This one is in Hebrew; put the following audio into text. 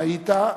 קצין תורן היית,